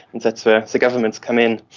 that's where the governments come in,